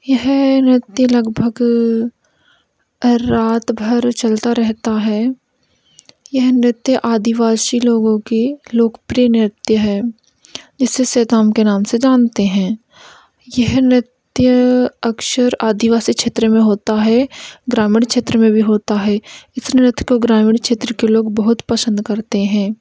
यह नृत्य लगभग रात भर चलता रहता है यह नृत्य आदिवासी लोगों की लोकप्रिय नृत्य है जिसे सेताम के नाम से जानते हैं यह नृत्य अक्सर आदिवासी क्षेत्र में होता है ग्रामीण क्षेत्र में भी होता है इस नृत्य को ग्रामीण क्षेत्र के लोग बहुत पसंद करते हैं